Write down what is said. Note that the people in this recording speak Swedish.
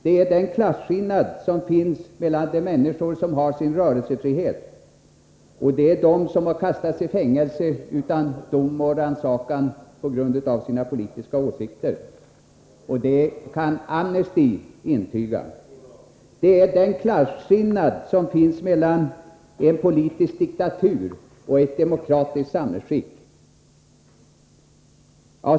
Det är den klasskillnad som finns mellan de människor som har sin rörelsefrihet och dem som har kastats i fängelse utan dom och rannsakan på grund av sina politiska åsikter. Det kan Amnesty intyga. Det är den klasskillnad som finns mellan en politisk diktatur och ett demokratiskt samhällsskick.